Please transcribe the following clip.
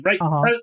right